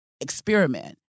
experiment